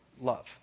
love